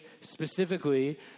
specifically